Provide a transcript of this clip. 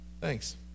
Thanks